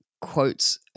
quotes